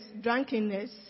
drunkenness